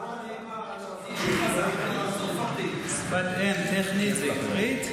רק תעשה טובה, בעברית,